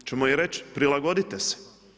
Hoćemo im reći prilagodite se.